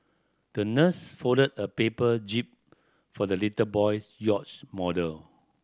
the nurse folded a paper jib for the little boy's yacht model